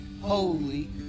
holy